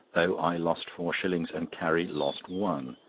though i lost four shillings and carrie lost one,